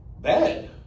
bad